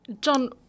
John